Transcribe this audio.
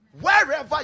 Wherever